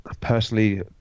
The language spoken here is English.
Personally